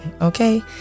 Okay